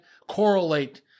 correlate